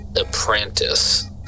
apprentice